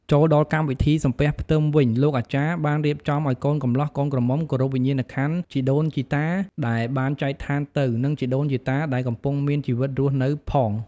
ចូលដល់កម្មវិធីសំពះផ្ទឹមវិញលោកអាចារ្យបានរៀបចំឱ្យកូនកម្លោះកូនក្រមុំគោរពវិញ្ញាណខន្ធដីដូនជីតាដែលបានចែកឋានទៅ និងជីដូនជីតាដែលកំពុងមានជីវិតរស់នៅផង។